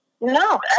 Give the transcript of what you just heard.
No